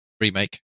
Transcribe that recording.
remake